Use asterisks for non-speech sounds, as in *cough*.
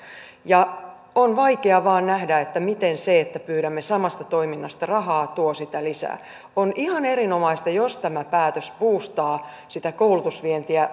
on vaikea vain nähdä miten se että pyydämme samasta toiminnasta rahaa tuo sitä lisää on ihan erinomaista jos tämä päätös buustaa sitä koulutusvientiä *unintelligible*